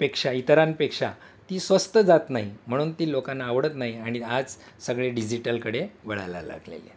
पेक्षा इतरांपेक्षा ती स्वस्त जात नाही म्हणून ती लोकांना आवडत नाही आणि आज सगळे डिजिटलकडे वळायला लागलेले